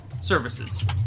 services